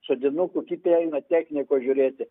sodinukų kiti eina technikos žiūrėti